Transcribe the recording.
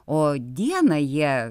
o dieną jie